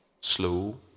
slow